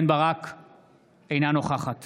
אינה נוכחת